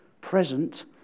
present